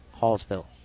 Hallsville